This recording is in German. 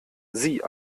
sie